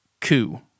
coup